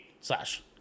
slash